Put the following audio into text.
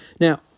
Now